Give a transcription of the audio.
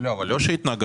אבל לא התנגדנו.